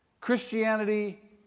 Christianity